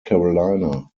carolina